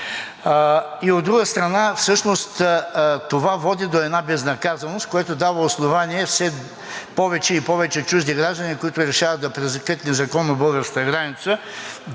и от друга страна, всъщност това води до една безнаказаност, което дава основание все повече и повече чужди граждани, които решават да пресекат незаконно българската граница,